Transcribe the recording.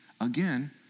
Again